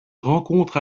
rencontre